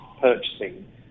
purchasing